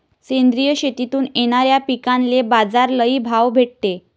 सेंद्रिय शेतीतून येनाऱ्या पिकांले बाजार लई भाव भेटते